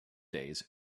days